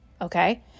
okay